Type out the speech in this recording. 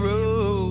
Road